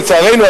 לצערנו,